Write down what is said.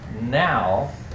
now